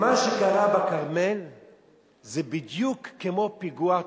שמה שקרה בכרמל זה בדיוק כמו פיגוע טרור,